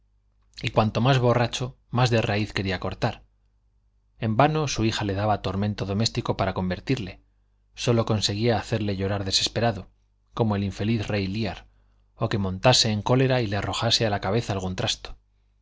y cuanto más borracho más de raíz quería cortar en vano su hija le daba tormento doméstico para convertirle sólo conseguía hacerle llorar desesperado como el infeliz rey lear o que montase en cólera y le arrojase a la cabeza algún trasto